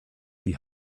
die